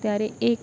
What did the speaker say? ત્યારે એ